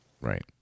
Right